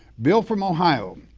bill from ohio.